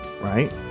right